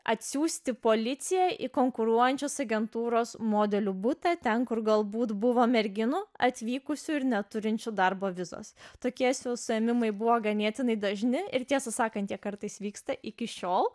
atsiųsti policiją į konkuruojančios agentūros modelių butą ten kur galbūt buvo merginų atvykusių ir neturinčių darbo vizos tuokiesi suėmimai buvo ganėtinai dažni ir tiesą sakant kartais vyksta iki šiol